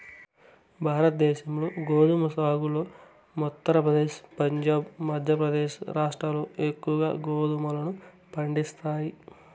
భారతదేశంలో గోధుమ సాగులో ఉత్తరప్రదేశ్, పంజాబ్, మధ్యప్రదేశ్ రాష్ట్రాలు ఎక్కువగా గోధుమలను పండిస్తాయి